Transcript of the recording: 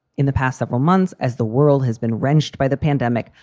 in the past several months, as the world has been wrenched by the pandemic,